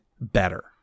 better